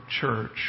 church